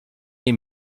jem